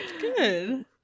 good